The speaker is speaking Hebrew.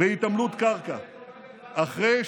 בהתעמלות קרקע אחרי,